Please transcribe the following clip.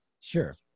Sure